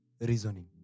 Reasoning